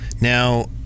Now